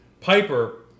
Piper